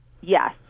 Yes